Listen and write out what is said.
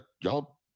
y'all